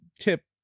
tip